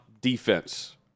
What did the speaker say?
defense